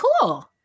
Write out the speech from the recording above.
cool